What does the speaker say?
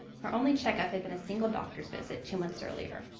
her only check up had been a single doctor's visit two months earlier.